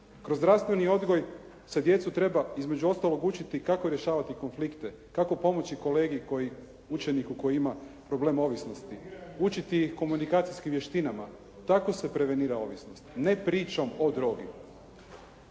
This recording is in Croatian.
Kroz zdravstveni odgoj se djecu treba između ostalog učiti kako rješavati konflikte, kako pomoći kolegi koji, učeniku koji ima problem ovisnosti. Učiti ih komunikacijskim vještinama, tako se prevenira ovisnost. Ne pričom o drogi.